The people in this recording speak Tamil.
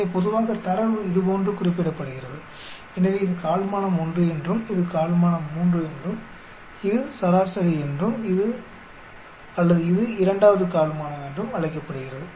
எனவே பொதுவாக தரவு இதுபோன்று குறிப்பிடப்படுகிறது எனவே இது கால்மானம் 1 என்றும் இது கால்மானம் 3 என்றும் இது சராசரி என்றும் அல்லது இது 2 வது கால்மானம் என்றும் அழைக்கப்படுகிறது